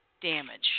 damage